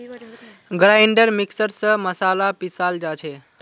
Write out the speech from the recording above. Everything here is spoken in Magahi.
ग्राइंडर मिक्सर स मसाला पीसाल जा छे